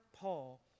Paul